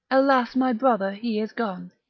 alas my brother he is gone.